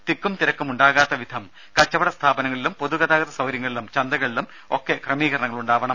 തിക്കും തിരക്കും ഉണ്ടാകാത്തവിധം കച്ചവടസ്ഥാപനങ്ങളിലും പൊതുഗതാഗത സൌകര്യങ്ങളിലും ചന്തകളിലും ഒക്കെ ക്രമീകരണങ്ങൾ ഉണ്ടാവണം